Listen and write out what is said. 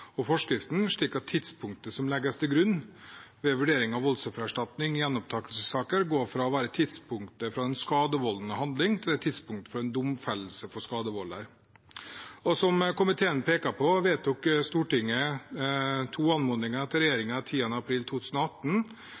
og forskriften, slik at tidspunktet som legges til grunn ved vurdering av voldsoffererstatning i gjenopptakelsessaker, går fra å være tidspunktet for den skadevoldende handling til tidspunktet for en domfellelse av skadevolder. Som komiteen peker på, vedtok Stortinget to anmodninger til regjeringen 10. april 2018.